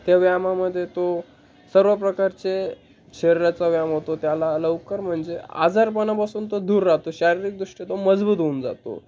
त्या व्यायामामध्ये तो सर्व प्रकारचे शरीराचा व्यायाम होतो त्याला लवकर म्हणजे आजारपणापासून तो दूर राहतो शारीरिकदृष्ट्या तो मजबूत होऊन जातो